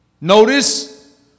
Notice